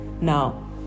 Now